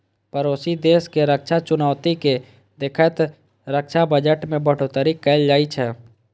पड़ोसी देशक रक्षा चुनौती कें देखैत रक्षा बजट मे बढ़ोतरी कैल जाइ छै